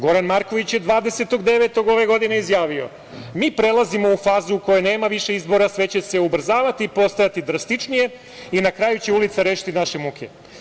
Goran Marković je 20. 09. ove godine izjavio: "Mi prelazimo u fazu u kojoj nema više izbora, sve će se ubrzavati i postajati drastičnije i na kraju će ulica rešiti naše muke.